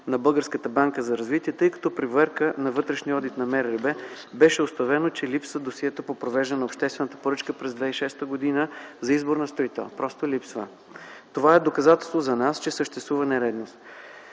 на Българската банка за развитие, тъй като при проверка на вътрешния одит на МРРБ беше установено, че липсва досието по провеждане на обществената поръчка през 2006 г. за избор на строител. Просто липсва. Това е доказателство за нас, че съществува нередност.